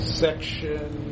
section